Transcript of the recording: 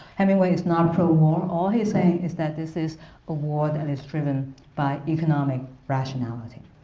hemingway is not pro-war. all he is saying is that this is a war that is driven by economic rationality.